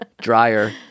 dryer